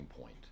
point